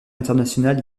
internationale